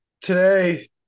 Today